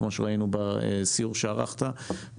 כמו שראינו בסיור שערכת,